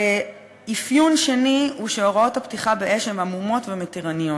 אפיון שני הוא שהוראות הפתיחה באש הן עמומות ומתירניות.